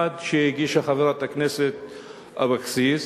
אחד שהגישה חברת הכנסת אבקסיס,